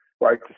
right